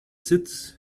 sitz